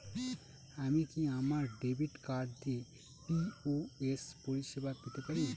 আমি কি আমার ডেবিট কার্ড দিয়ে পি.ও.এস পরিষেবা পেতে পারি?